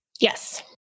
Yes